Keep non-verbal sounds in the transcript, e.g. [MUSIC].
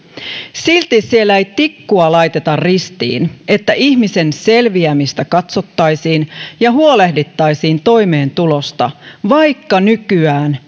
silti siellä ei tikkua laiteta ristiin että ihmisen selviämistä katsottaisiin ja huolehdittaisiin toimeentulosta vaikka nykyään [UNINTELLIGIBLE]